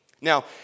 Now